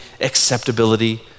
acceptability